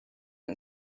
and